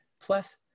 Plus